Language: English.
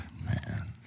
Man